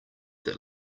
that